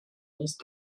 ministre